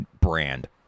brand